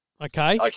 okay